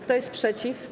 Kto jest przeciw?